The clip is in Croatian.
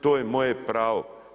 To je moje pravo.